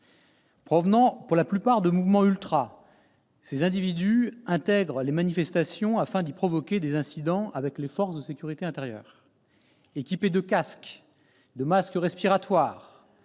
Provenant pour la plupart de mouvements ultras, ces individus intègrent les manifestations, afin d'y provoquer des incidents avec les forces de sécurité intérieure. Équipés de casques, de masques respiratoires